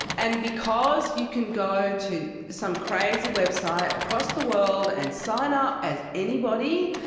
and because you can go to some crazy website across the world and sign up as anybody,